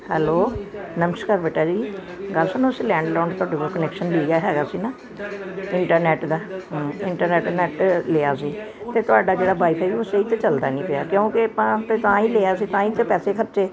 hello ਨਮਸਕਾਰ ਬੇਟਾ ਜੀ ਗੱਲ ਸੁਣੋ ਅਸੀਂ ਲੈਂਡਲੋਡ ਤੁਹਾਡੇ ਕੋਲੋਂ ਕੁਨੈਕਸ਼ਨ ਲਿਆ ਹੈਗਾ ਸੀ ਨਾ ਇੰਟਰਨੈੱਟ ਦਾ ਇੰਟਰਨੈੱਟ ਨੈੱਟ ਲਿਆ ਸੀ ਅਤੇ ਤੁਹਾਡਾ ਜਿਹੜਾ ਵਾਈਫਾਈ ਉਹ ਸਹੀ ਤਾਂ ਚਲਦਾ ਨਹੀਂ ਪਿਆ ਕਿਉਂਕਿ ਆਪਾਂ ਤੇ ਤਾਂ ਹੀ ਲਿਆ ਸੀ ਤਾਂ ਹੀ ਤਾਂ ਪੈਸੇ ਖਰਚੇ